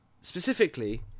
Specifically